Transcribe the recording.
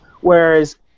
Whereas